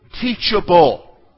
teachable